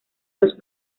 los